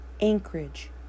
Anchorage